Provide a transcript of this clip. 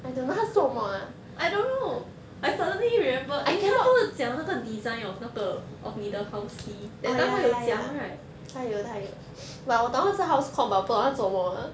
I don't know I suddenly remember 他不是讲那个 design of 那个 of 你的 house key that time 他有讲 right